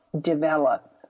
develop